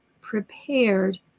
prepared